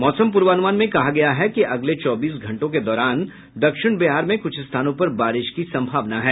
मौसम पूर्वानुमान में कहा गया है कि अगले चौबीस घंटों के दौरान दक्षिण बिहार में कुछ स्थानों पर बारिश की संभावना है